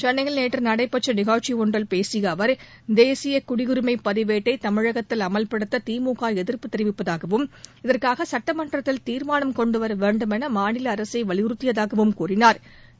சென்னையில் நேற்று நடைபெற்ற நிகழ்ச்சி ஒன்றில் பேசிய அவர் தேசிய குடியுரிமை பதிவேட்டை தமிழகத்தில் அமல்படுத்த திமுக எதிர்ப்பு தெரிவிப்பதாகவும் இதற்காக சுட்டமன்றத்தில் தீர்மானம் கொண்டுவர வேண்டும் என மாநில அரசை வலியுறுத்தியதாகவும் கூறினாா்